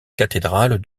cathédrale